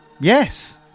Yes